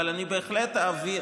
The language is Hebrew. אבל אני בהחלט אעביר,